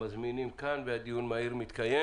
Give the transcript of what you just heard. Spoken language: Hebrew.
המזמינים כאן והדיון המהיר מתקיים.